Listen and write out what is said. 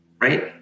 right